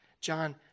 John